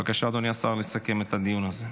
אדוני השר, לסכם את הדיון הזה.